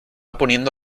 poniendo